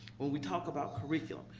when we talk about curriculum,